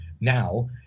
now